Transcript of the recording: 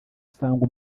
usanga